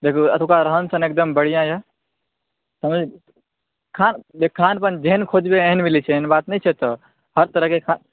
देखु एतुका रहन सहन एकदम बढ़िआँ यऽ खाद्य जेहन खोजबै ओहन मिलै छै एहन बात नहि छै एतऽ हर तरहकेँ खाद्य